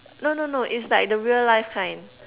no no no it's like the real life kind